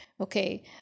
Okay